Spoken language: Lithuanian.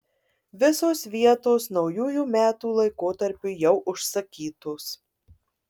visos vietos naujųjų metų laikotarpiui jau užsakytos